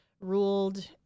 ruled